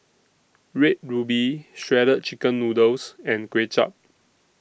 Red Ruby Shredded Chicken Noodles and Kway Chap